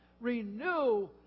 renew